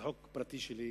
זה חוק פרטי שלי,